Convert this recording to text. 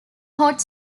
hot